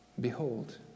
Behold